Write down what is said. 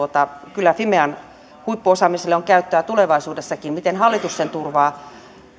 kyllä fimean huippuosaamiselle on käyttöä tulevaisuudessakin miten hallitus sen turvaa